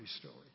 story